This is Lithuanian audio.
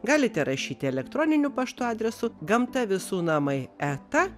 galite rašyti elektroniniu paštu adresu gamta visų namai e ta